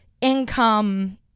income